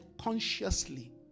consciously